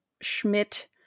Schmidt-